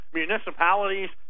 municipalities